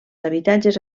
habitatges